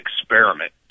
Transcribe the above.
experiment